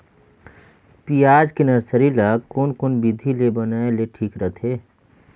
पियाज के नर्सरी ला कोन कोन विधि ले बनाय ले ठीक रथे?